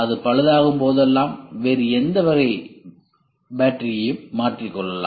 அது பழுதாகும் போதெல்லாம் வேறு எந்த வகையையும் மாற்றிக் கொள்ளலாம்